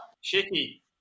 Shaky